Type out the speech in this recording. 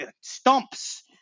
stumps